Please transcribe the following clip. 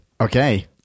Okay